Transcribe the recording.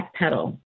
backpedal